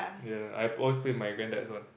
yeah I put always play with my granddad's one